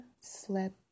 slept